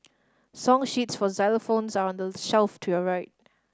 song sheets for xylophones are on the shelf to your right